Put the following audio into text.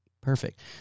Perfect